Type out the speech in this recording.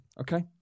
Okay